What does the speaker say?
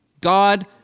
God